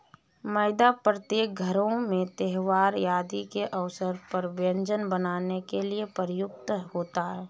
मैदा प्रत्येक घरों में त्योहार आदि के अवसर पर व्यंजन बनाने के लिए प्रयुक्त होता है